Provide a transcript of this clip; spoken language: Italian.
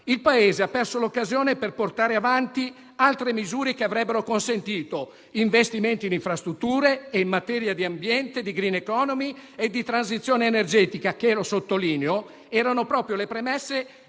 il Paese ha perso l'occasione per portare avanti altre misure che avrebbero consentito investimenti in infrastrutture e in materia di ambiente, di *green economy* e di transizione energetica che - sottolineo - erano proprio le premesse